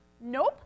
Nope